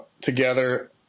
together